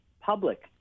public